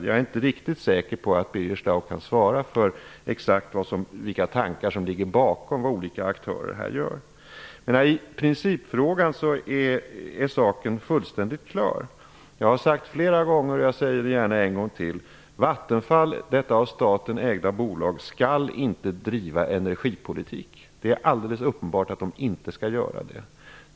Jag är inte riktigt säker på att Birger Schlaug kan svara för exakt vilka tankar som ligger bakom vad olika aktörer gör. I principfrågan är saken helt klar. Jag har sagt flera gånger, och jag säger det gärna en gång till, att Vattenfall - detta av staten ägda bolag - inte skall driva energipolitik. Det är helt uppenbart att Vattenfall inte skall göra det.